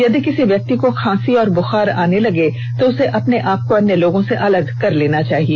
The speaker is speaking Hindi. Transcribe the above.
यदि किसी व्यक्ति को खांसी और बुखार आने लगे तो उसे अपने को अन्य लोगों से अलग कर लेना चाहिए